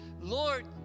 Lord